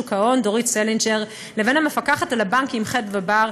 שוק ההון דורית סלינגר לבין המפקחת על הבנקים חדוה בר,